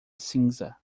cinza